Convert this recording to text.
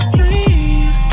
Please